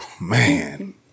man